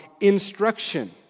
instruction